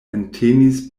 entenis